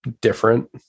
Different